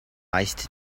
iced